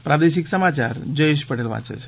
પ્રાદેશિક સમાયાર જયેશ પટેલ વાંચે છે